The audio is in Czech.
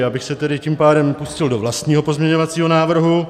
Já bych se tedy tím pádem pustil do vlastního pozměňovacího návrhu.